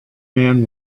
man